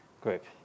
group